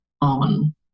on